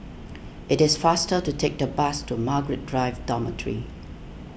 it is faster to take the bus to Margaret Drive Dormitory